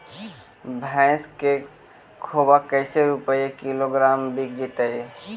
भैस के खोबा कैसे रूपये किलोग्राम बिक जइतै?